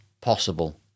possible